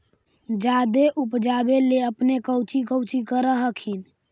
जादे उपजाबे ले अपने कौची कौची कर हखिन?